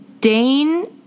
Dane